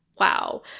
wow